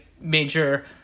major